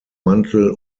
mantel